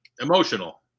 Emotional